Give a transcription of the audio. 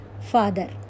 father